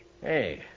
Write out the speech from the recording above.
Hey